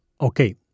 Okay